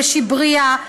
בשברייה,